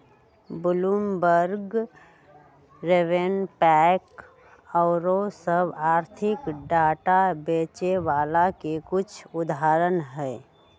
Bloomberg, RavenPack आउरो सभ आर्थिक डाटा बेचे बला के कुछ उदाहरण हइ